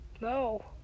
No